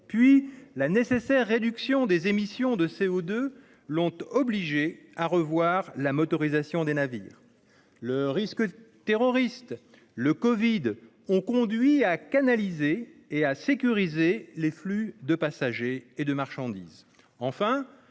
puis la nécessaire réduction des émissions de CO2, l'ont obligé à revoir la motorisation des navires. Le risque terroriste et le covid-19 ont conduit à canaliser et à sécuriser les flux de passagers et de marchandises.